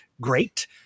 great